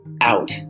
out